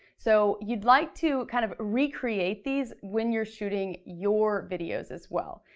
so you'd like to kind of recreate these when you're shooting your videos as well.